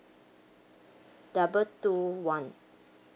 double two one